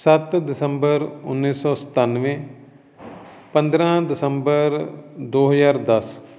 ਸੱਤ ਦਸੰਬਰ ਉੱਨੀ ਸੌ ਸਤਾਨਵੇਂ ਪੰਦਰ੍ਹਾਂ ਦਸੰਬਰ ਦੋ ਹਜ਼ਾਰ ਦਸ